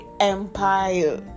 empire